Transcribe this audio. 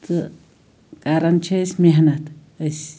تہٕ کران چھِ أسۍ محنت أسۍ